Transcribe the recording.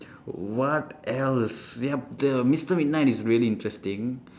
what else yup the mister midnight is really interesting